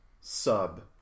sub